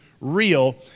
real